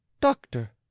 Doctor